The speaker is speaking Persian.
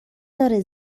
داره